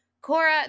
Cora